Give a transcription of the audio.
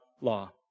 law